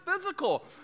physical